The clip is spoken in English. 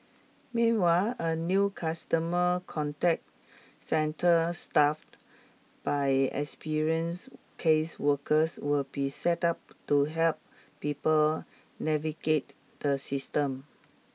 meanwhile a new customer contact centre staffed by experienced caseworkers will be set up to help people navigate the system